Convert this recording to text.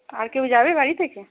আর কেউ যাবে বাড়ি থেকে